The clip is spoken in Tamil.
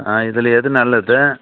ஆ இதில் எது நல்லது